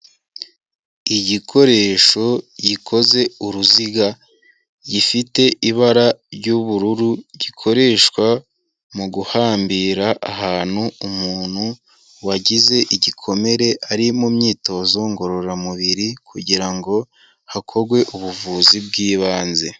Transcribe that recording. Igikoresho gikoze uruziga, gifite ibara ry'ubururu, gikoreshwa mu guhambira ahantu umuntu wagize igikomere ari mu myitozo ngororamubiri kugira ngo hakorwe ubuvuzi bw'ibanze.